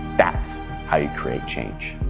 that's how you create change.